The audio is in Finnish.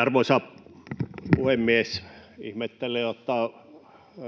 Arvoisa puhemies! Ihmettelen, että